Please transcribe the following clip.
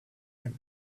and